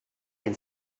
not